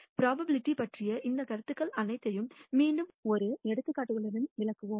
probability பற்றிய இந்த கருத்துக்கள் அனைத்தையும் மீண்டும் ஒரு எடுத்துக்காட்டுகளுடன் விளக்குவோம்